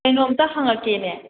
ꯀꯩꯅꯣꯝꯇ ꯍꯪꯉꯛꯀꯦꯅꯦ